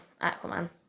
Aquaman